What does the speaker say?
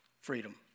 freedom